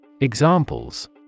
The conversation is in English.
Examples